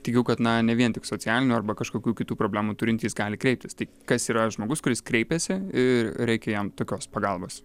tikiu kad na ne vien tik socialinių arba kažkokių kitų problemų turintys gali kreiptis tai kas yra žmogus kuris kreipiasi ii reikia jam tokios pagalbos